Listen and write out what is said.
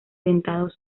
dentados